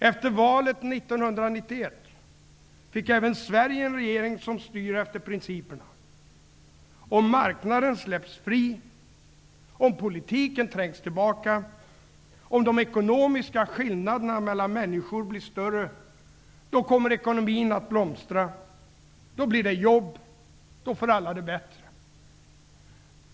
Efter valet 1991 fick även Sverige en regering som styr efter principerna: om marknaden släpps fri, om politiken trängs tillbaka, om de ekonomiska skillnaderna mellan människor blir större, då kommer ekonomin att blomstra, då blir det jobb och då får alla det bättre.